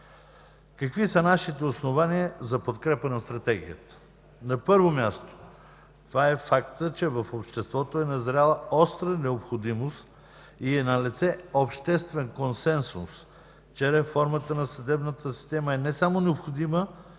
Какви са нашите основания за подкрепа на стратегията? На първо място, това е фактът, че в обществото е назряла остра необходимост и е налице обществен консенсус, че реформата на съдебната система е не само необходима,